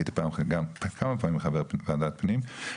הייתי כמה פעמים חבר ועדת פנים.